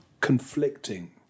conflicting